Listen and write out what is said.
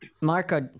Marco